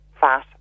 fat